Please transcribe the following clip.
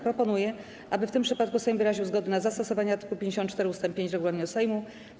Proponuję, aby w tym przypadku Sejm wyraził zgodę na zastosowanie art. 54 ust. 5 regulaminu Sejmu.